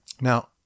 Now